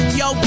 yo